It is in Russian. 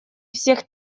всех